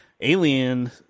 alien